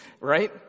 right